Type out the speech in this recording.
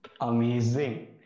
Amazing